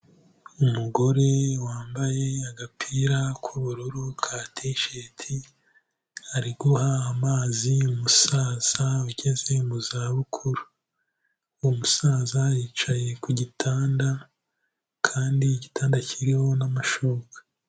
Umugore wambaye agapira k'ubururu ka T-shirt, ari guha amazi umusaza ugeze mu zabukuru. Umusaza yicaye ku gitanda kandi igitanda kiriho n'amashuka.